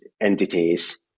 entities